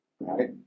Right